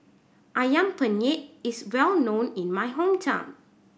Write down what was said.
Ayam Penyet is well known in my hometown